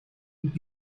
und